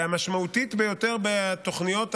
המשמעותית ביותר בתוכניות הללו,